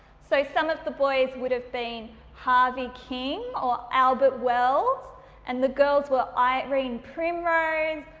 so, some of the boys would have been harvey king or albert wells and the girls were irene primrose,